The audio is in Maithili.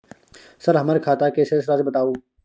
सर हमर खाता के शेस राशि बताउ?